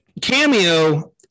cameo